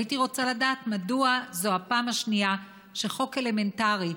והייתי רוצה לדעת מדוע זו הפעם השנייה שחוק אלמנטרי,